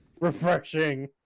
refreshing